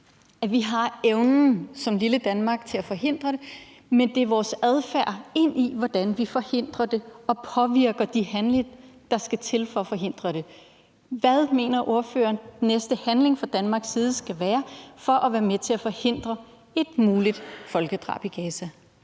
har evnen til at forhindre det, men det handler om vores adfærd, i forhold til hvordan vi forhindrer det og påvirker de handlinger, der skal til for at forhindre det. Hvad mener ordføreren næste handling fra Danmarks side skal være for at være med til at forhindre et muligt folkedrab i Gaza?